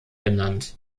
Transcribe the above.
genannt